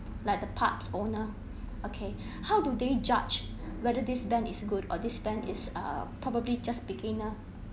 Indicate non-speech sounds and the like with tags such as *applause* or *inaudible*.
like the pub's owner *breath* okay *breath* how do they judge *breath* whether this band is good or this band is err probably just beginner